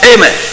Amen